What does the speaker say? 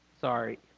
Sorry